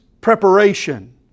preparation